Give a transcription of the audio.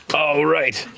all right.